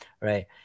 right